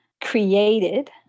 created